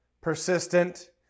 persistent